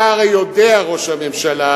אתה הרי יודע, ראש הממשלה,